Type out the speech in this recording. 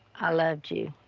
i loved you.